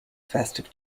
festive